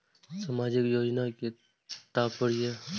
सामाजिक योजना के कि तात्पर्य?